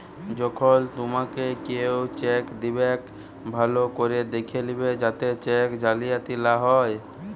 যখল তুমাকে কেও চ্যাক দিবেক ভাল্য ক্যরে দ্যাখে লিবে যাতে চ্যাক জালিয়াতি লা হ্যয়